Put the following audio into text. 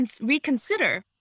reconsider